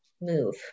move